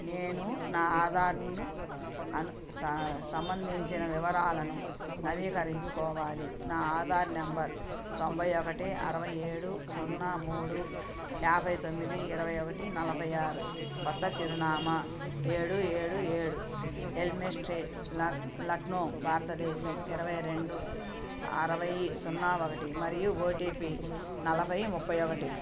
నేను నా ఆధార్ను అను స సంబంధించిన వివరాలను నవీకరించుకోవాలి నా ఆధార్ నెంబర్ తొంభై ఒకటి అరవై ఏడు సున్నా మూడు యాభై తొమ్మిది ఇరవై ఒకటి నలభై ఆరు కొత్త చిరునామా ఏడు ఏడు ఏడు ఎల్ఎమ్ఈ స్ట్రీట్ ల లక్నో భారతదేశం ఇరవై రెండు అరవై సున్నా ఒకటి మరియు ఓటీపీ నలభై ముప్పై ఒకటి